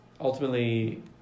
ultimately